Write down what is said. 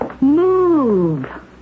Move